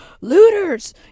Looters